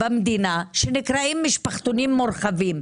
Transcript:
שנקראים משפחתונים מורחבים,